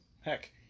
Heck